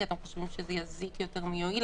כי אתם חושבים שזה יזיק יותר מאשר יועיל?